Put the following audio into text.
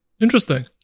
interesting